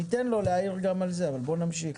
ניתן לו להעיר גם על זה, אבל בוא נמשיך.